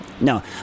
No